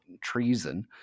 treason